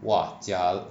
!wah! jia~